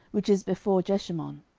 which is before jeshimon?